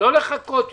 לא לחכות יותר.